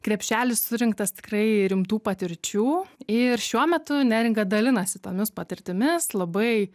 krepšelis surinktas tikrai rimtų patirčių ir šiuo metu neringa dalinasi tomis patirtimis labai